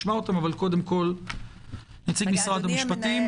אדוני מנהל הוועדה,